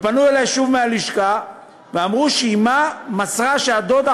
ופנו אלי שוב מהלשכה ואמרו שאימה מסרה שהדודה